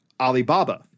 Alibaba